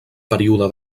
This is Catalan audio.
període